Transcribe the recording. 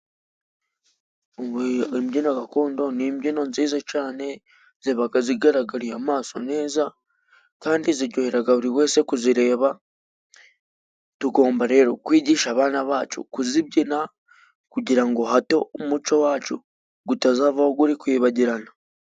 Imbyino gakondo ni imbyino nziza cyane. Ziba zigaragariye amaso neza, kandi ziryohera buri wese uri kuzireba. Tugomba rero kwigisha abana bacu kuzibyina, kugira ngo hato umuco wacu utazavaho uri kwibagirana.